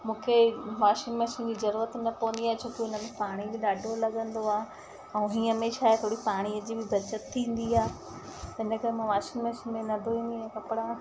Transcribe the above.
मूंखे washing machine जी जरूरत न पवंदी आहे छो की हुनमें पाणी बि ॾाढो लगंदो आहे ऐं हीअं में छा आहे थोरी पाणीअ जी बि बचत थींदी आहे इन करे मां वॉशिंग मशीन में न धोईंदी आहियां कपिड़ा